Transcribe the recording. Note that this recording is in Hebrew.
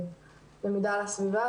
למידה על הסביבה.